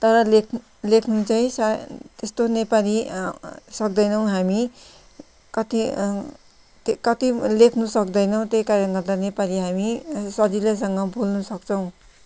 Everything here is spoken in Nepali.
तर लेख लेख्नु चाहिँ साह्रै त्यस्तो नेपाली सक्दैनौँ हामी कति कति लेख्नु सक्दैनौँ त्यही कारणले गर्दा नेपाली हामी सजिलैसँग बोल्नुसक्छौँ